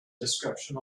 description